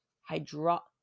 hydro